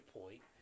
point